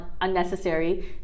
unnecessary